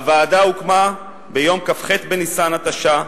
הוועדה הוקמה ביום כ"ח בניסן התשע"א,